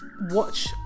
watch